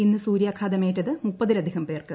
ഇന്ന് സൂര്യാഘാതമേറ്റത് മുപ്പതിലധികം പേർക്ക്